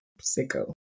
Sicko